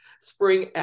spring